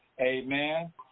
amen